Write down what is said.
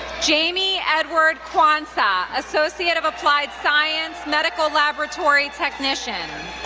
jaime edward quansah, associate of applied science, medical laboratory technician.